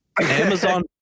Amazon